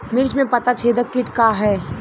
मिर्च में पता छेदक किट का है?